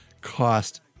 cost